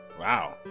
Wow